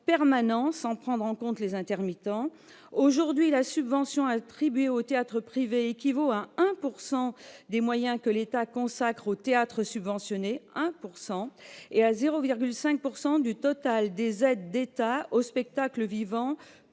permanents, sans parler des intermittents. Aujourd'hui, la subvention attribuée au théâtre privé équivaut à 1 % des moyens que l'État consacre au théâtre subventionné- 1 %! -et à 0,5 % du total des aides de l'État au spectacle vivant,